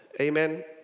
Amen